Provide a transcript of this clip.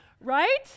right